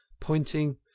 pointing